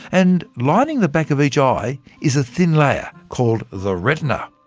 and lining the back of each eye is a thin layer called the retina.